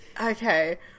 Okay